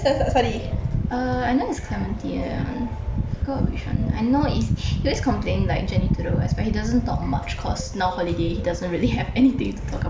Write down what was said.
uh I know is clementi eh one I forgot which one I know is he always complaint like journey to the west but he doesn't talk much cause now holiday he doesn't really have like anything to talk about all